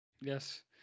Yes